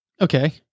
Okay